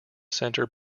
center